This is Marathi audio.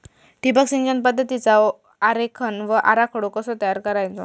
ठिबक सिंचन पद्धतीचा आरेखन व आराखडो कसो तयार करायचो?